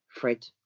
Fred